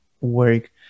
work